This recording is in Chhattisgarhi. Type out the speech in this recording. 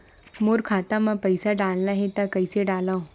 मोर खाता म पईसा डालना हे त कइसे डालव?